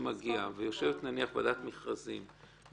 צריכה להיות על פי מה שיש בתיק.